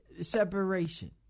Separation